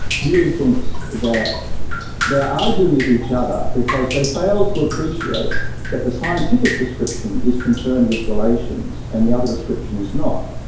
dewey thinks that they're arguing with each other because they fail to appreciate that the scientific description is concerned with relations, and the other description is not.